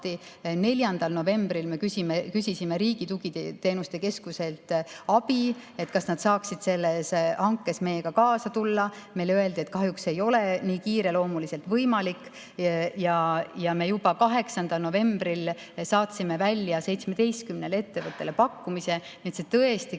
4. novembril me küsisime Riigi Tugiteenuste Keskuselt abi, et kas nad saaksid selles hankes meiega kaasa tulla. Meile öeldi, et kahjuks see ei ole nii kiireloomuliselt võimalik, ja me juba 8. novembril saatsime välja 17 ettevõttele pakkumise. Nii et see tõesti käis